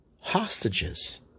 hostages